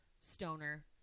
stoner